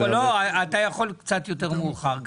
לא, אתה יכול קצת יותר מאוחר גם.